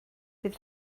bydd